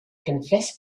confessed